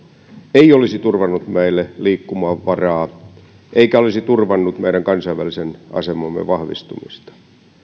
ei olisi turvannut meille liikkumavaraa eikä olisi turvannut meidän kansainvälisen asemamme vahvistumista